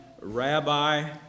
Rabbi